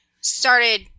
started